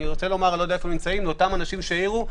אני לא יודע איפה נמצאים אותם אנשים שהעירו,